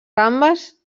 gambes